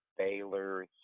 Baylor